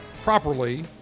properly